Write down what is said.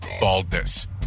baldness